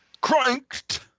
Cranked